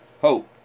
hope